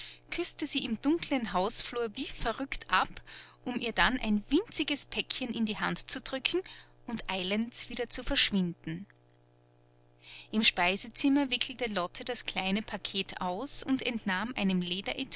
küßte sie im dunklen hausflur wie verrückt ab um ihr dann ein winziges päckchen in die hand zu drücken und eilends wieder zu verschwinden im speisezimmer wickelte lotte das kleine paket aus und entnahm einem